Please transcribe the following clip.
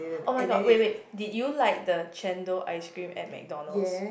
oh-my-god wait wait did you like the chendol ice cream at McDonalds